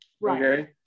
right